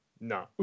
No